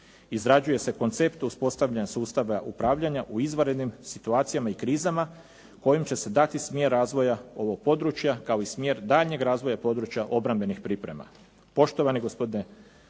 Izrađuje se koncept uspostavljanja sustava upravljanja u izvanrednim situacijama i krizama kojim će se dati smjer razvoja ovog područja kao i smjer daljnjeg razvoja i područja obrambenih priprema.